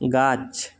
গাছ